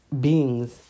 beings